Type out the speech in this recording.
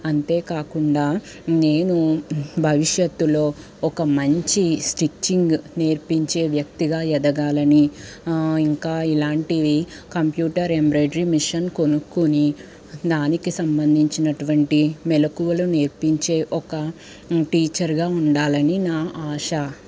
అంతేకాకుండా నేను భవిష్యత్తులో ఒక మంచి స్టిచ్చింగ్ నేర్పించే వ్యక్తిగా ఎదగాలని ఇంకా ఇలాంటివి కంప్యూటర్ ఎంబ్రాయిడరీ మిషన్ కొనుక్కుని దానికి సంబంధించినటువంటి మెలకువలు నేర్పించే ఒక టీచర్గా ఉండాలని నా ఆశ